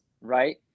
right